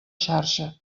xarxa